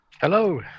Hello